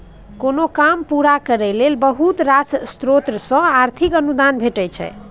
कोनो काम पूरा करय लेल बहुत रास स्रोत सँ आर्थिक अनुदान भेटय छै